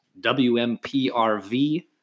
wmprv